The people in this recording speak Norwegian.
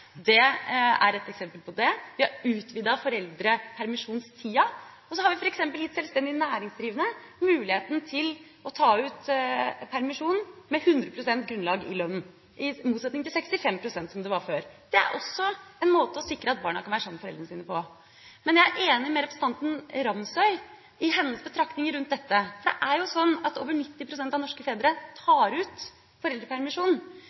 er et eksempel på det. Vi har utvidet foreldrepermisjonstida. Og så har vi f.eks. gitt sjølstendig næringsdrivende muligheten til å ta ut permisjon med 100 pst. grunnlag i lønna, i motsetning til 65 pst., som det var før. Det er også en måte å sikre at barna kan være sammen med foreldrene sine på. Men jeg er enig med representanten Nilsson Ramsøy i hennes betraktninger rundt dette. Det er jo sånn at over 90 pst. av norske fedre tar ut foreldrepermisjonen,